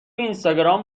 اینستاگرام